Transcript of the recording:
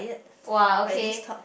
!wah! okay